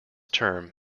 term